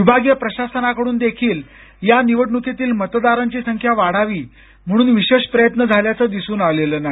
विभागीय प्रशासनाकडून देखील या निवडणुकीतील मतदारांची संख्या वाढावी म्हणून विशेष प्रयत्न झाल्याचं दिसून आलेलं नाही